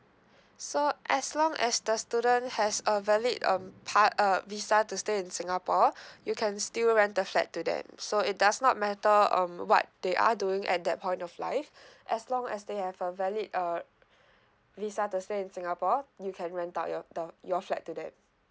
so as long as the student has a valid um pa~ uh visa to stay in singapore you can still rent the flat to them so it does not matter um what they are doing at that point of life as long as they have a valid uh visa to stay in singapore you can rent out your uh your flat to them